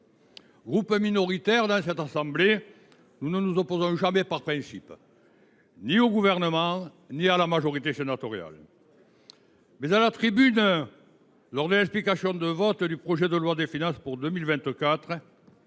Groupe minoritaire dans cette assemblée, il ne s’oppose jamais par principe au Gouvernement ni à la majorité sénatoriale. À la tribune, lors des explications de vote sur le projet de loi de finances pour 2024,